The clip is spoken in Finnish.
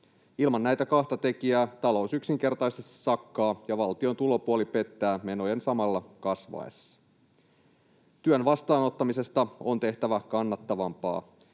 Ilman näitä kahta tekijää talous yksinkertaisesti sakkaa ja valtion tulopuoli pettää menojen samalla kasvaessa. Työn vastaanottamisesta on tehtävä kannattavampaa.